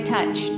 touch